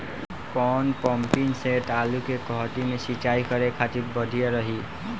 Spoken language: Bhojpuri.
कौन पंपिंग सेट आलू के कहती मे सिचाई करे खातिर बढ़िया रही?